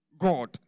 God